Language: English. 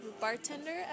bartender